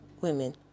women